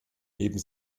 neben